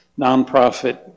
nonprofit